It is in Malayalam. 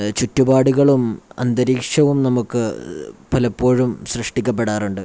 ചുറ്റുപാടുകളും അന്തരീക്ഷവും നമുക്ക് പലപ്പോഴും സൃഷ്ടിക്കപ്പെടാറുണ്ട്